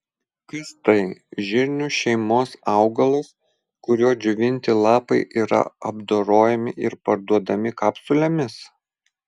kas tai žirnių šeimos augalas kurio džiovinti lapai yra apdorojami ir parduodami kapsulėmis